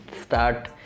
start